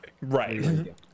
right